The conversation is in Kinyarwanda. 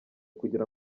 kugira